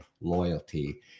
loyalty